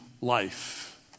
life